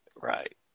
Right